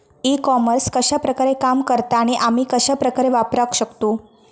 E commerce कश्या प्रकारे काम करता आणि आमी कश्या प्रकारे वापराक शकतू?